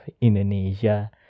Indonesia